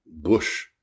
Bush